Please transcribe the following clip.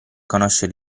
riconoscere